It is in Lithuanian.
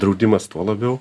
draudimas tuo labiau